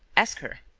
ask her.